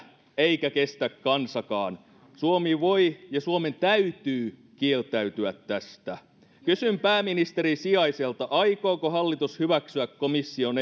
eikä kestä kansakaan suomi voi ja suomen täytyy kieltäytyä tästä kysyn pääministerin sijaiselta aikooko hallitus hyväksyä komission